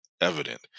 evident